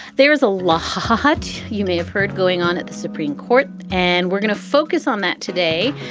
there is a lot ah but you may have heard going on at the supreme court, and we're going to focus on that today.